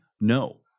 No